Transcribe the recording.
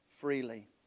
Freely